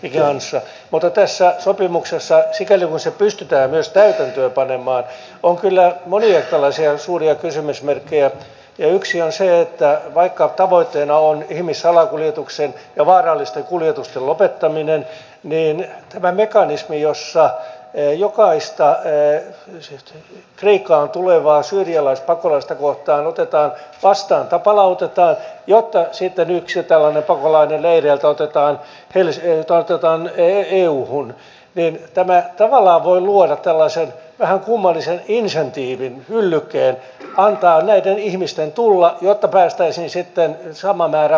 mutta tässä sopimuksessa sikäli kuin se pystytään myös täytäntöön panemaan on kyllä monia tällaisia suuria kysymysmerkkejä ja yksi on se että vaikka tavoitteena on ihmissalakuljetuksen ja vaarallisten kuljetusten lopettaminen tämä mekanismi jossa jokaista kreikkaan tulevaa syyrialaispakolaista kohden palautetaan yksi jotta sitten yksi pakolainen leireiltä otetaan euhun voi tavallaan luoda tällaisen vähän kummallisen insentiivin yllykkeen antaa näiden ihmisten tulla jotta saataisiin sitten sama määrä poistettua turkista